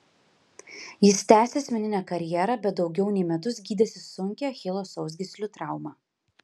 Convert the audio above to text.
jis tęsė asmeninę karjerą bet daugiau nei metus gydėsi sunkią achilo sausgyslių traumą